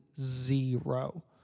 zero